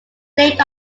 blamed